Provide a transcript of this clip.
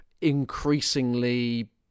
increasingly